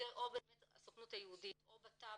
או באמת הסוכנות היהודית או בטאבו,